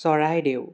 Charaideo